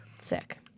sick